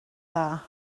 dda